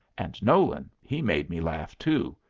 and nolan he made me laugh, too.